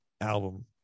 album